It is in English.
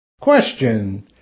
Question